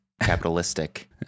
capitalistic